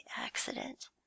accident